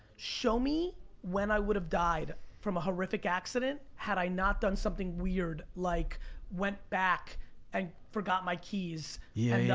show me when i would have died from a horrific accident had i not done something weird like went back and forgot my keys, yeah yeah